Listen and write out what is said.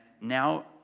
now